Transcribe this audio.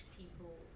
people